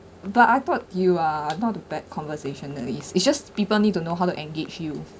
but I thought you are not a bad conversationalist it's just people need to know how to engage you